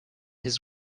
his